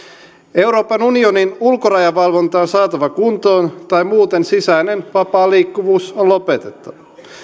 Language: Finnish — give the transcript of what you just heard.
euroopan unionin ulkorajavalvonta on saatava kuntoon tai muuten sisäinen vapaa liikkuvuus on lopetettava